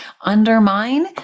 undermine